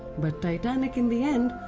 but titanic in the end,